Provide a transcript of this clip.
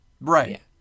Right